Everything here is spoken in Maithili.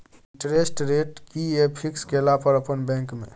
इंटेरेस्ट रेट कि ये फिक्स केला पर अपन बैंक में?